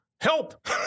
Help